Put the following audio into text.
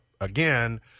again